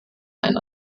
ein